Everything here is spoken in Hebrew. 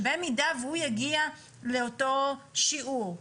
שבמידה והוא יגיע לאותו שיעור,